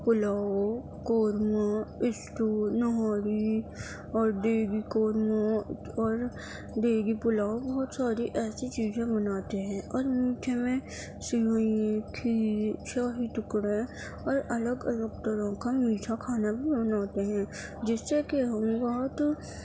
pulao korma stew nihari اور دیگی قورمہ اور دیگی پلاؤ بہت ساری ایسی چیزیں بناتے ہیں اور میٹھے میں سوئی کھیر شاہی ٹکڑے اور الگ الگ طرح کا میٹھا کھانا بھی بناتے ہیں جس سے کہ ہمیں بہت